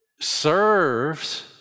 serves